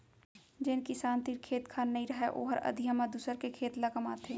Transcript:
जेन किसान तीर खेत खार नइ रहय ओहर अधिया म दूसर के खेत ल कमाथे